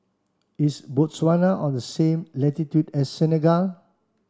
is Botswana on the same latitude as Senegal